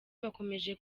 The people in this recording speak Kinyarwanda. bakomeje